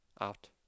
Out